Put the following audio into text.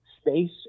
space